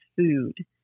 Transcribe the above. food